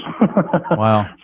Wow